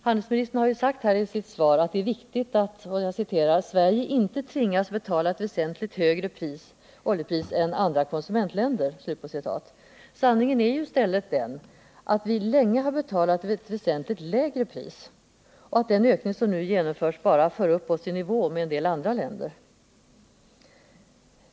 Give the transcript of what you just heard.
Handelsministern har i sitt svar sagt att det är viktigt att ”Sverige inte tvingas betala ett väsentligt högre oljepris än andra konsumentländer”. Sanningen är i stället att vi länge har betalat ett väsentligt lägre pris och att den ökning som nu genomförs bara för upp oss i nivå med en del andra länder.